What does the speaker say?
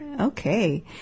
Okay